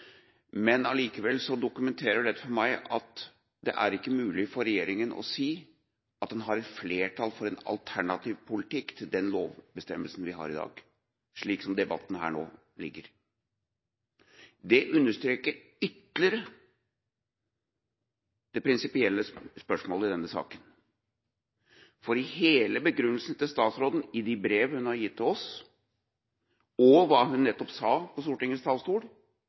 Men allikevel dokumenterer dette for meg at det ikke er mulig for regjeringa å si at en har flertall for en alternativ politikk til den lovbestemmelsen vi har i dag, slik som debatten her nå er. Det understreker ytterligere det prinsipielle spørsmålet i denne saken. For hele begrunnelsen til statsråden i de brev hun har gitt til oss, og hva hun nettopp sa på Stortingets talerstol,